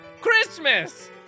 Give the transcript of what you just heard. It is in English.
Christmas